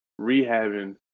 rehabbing